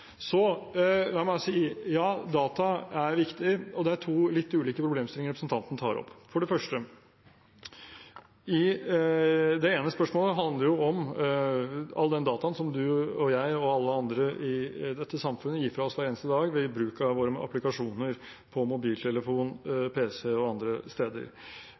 Ja, data er viktig, og det er to litt ulike problemstillinger representanten tar opp. Det ene spørsmålet handler om all den dataen som du og jeg og alle andre i dette samfunnet gir fra oss hver eneste dag ved bruk av våre applikasjoner på mobiltelefon, PC og andre steder,